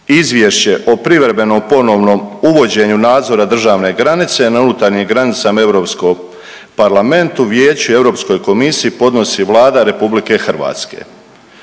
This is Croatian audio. Izvješće o privremeno ponovnom uvođenju nadzora državne granice na unutarnjim granicama Europskom parlamentu, Vijeću i Europskoj komisiji podnosi Vlada RH.